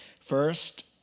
First